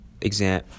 exam